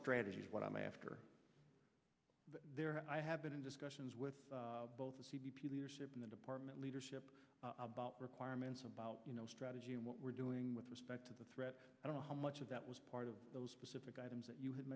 strategy is what i'm after i have been in discussions with both the c b p leadership in the department leadership about requirements about you know strategy and what we're doing with respect to the threat i don't know how much of that was part of those specific items that you had